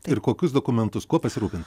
ir kokius dokumentus kuo pasirūpinti